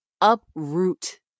uproot